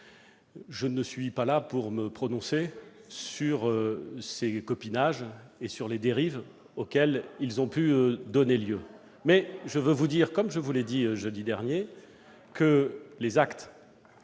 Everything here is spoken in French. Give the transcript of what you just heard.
Je ne suis pas là pour me prononcer sur ces copinages et sur les dérives auxquelles ils ont pu donner lieu. Mais je veux vous dire, comme je vous l'ai dit jeudi dernier, que les actes